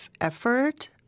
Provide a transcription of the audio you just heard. effort